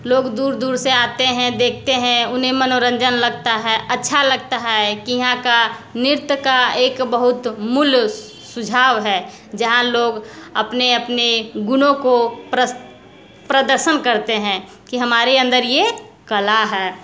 लोग दूर दूर से आते हैं देखते हैं उन्हें मनोरंजन लगता है अच्छा लगता है कि यहाँ का नृत्य का एक बहुत मूल सुझाव है जहाँ लोग अपने अपने गुणों को प्रद्स्त प्रदर्शन करते हैं कि हमारे अंदर ये कला है